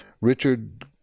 Richard